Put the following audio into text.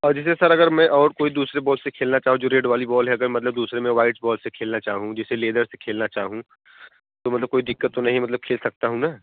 और जैसे सर अगर मैं और कोई दूसरे बॉल से खेलना चाहूँ जो रेड वाली बॉल है अगर मतलब दुसरे मैं वाइट्स बॉल से खेलना चाहूँ जैसे लेदर से खेलना चाहूँ तो मतलब कोई दिक्कत तो नहीं है मतलब खेल तो सकता हूँ ना